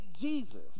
Jesus